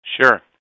Sure